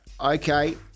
Okay